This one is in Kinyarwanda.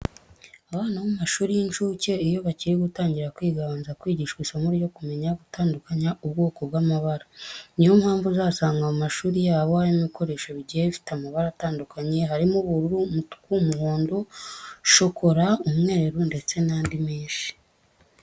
Abana bo mu mashuri y'incuke iyo bakiri gutangira kwiga babanza kwigishwa isomo ryo kumenya gutandukanya ubwoko bw'amabara. Niyo mpamvu uzasanga mu mashuri yabo harimo ibikoresho bigiye bifite amabara atandukanye harimo ubururu, umutuku, umuhondo, shokora, umweru ndetse n'andi menshi.